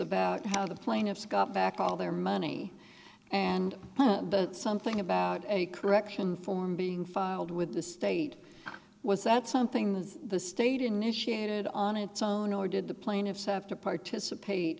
about how the plaintiffs got back all their money and that but something about a correction form being filed with the state was that something that the state initiated on its own or did the plaintiffs have to participate